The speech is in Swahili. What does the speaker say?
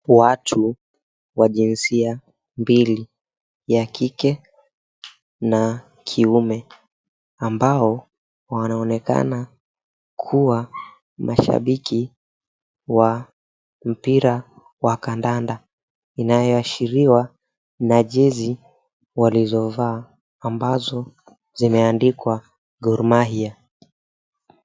Watu wa jinsia mbili; ya kike na ya kiume ambao wanaonekana kuwa mashabiki wa mpira wa kandanda inayoashiriwa na jezi walizovaa ambazo zimeandikwa Gor Mahia.